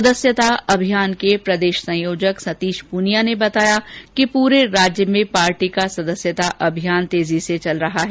सदस्यता अभियान के प्रदेष संयोजक सतीष प्रनिया ने बताया कि पूरे राज्य में पार्टी का सदस्यता अभियान तेजी स ेचल रहा है